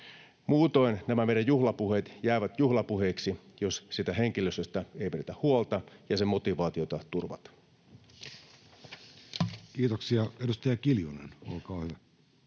Muutoin nämä meidän juhlapuheemme jäävät juhlapuheiksi, jos siitä henkilöstöstä ei pidetä huolta ja sen motivaatiota turvata. Kiitoksia. — Edustaja Kiljunen, olkaa hyvä.